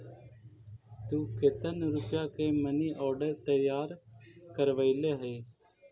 तु केतन रुपया के मनी आर्डर तैयार करवैले हहिं?